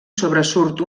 sobresurt